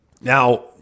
Now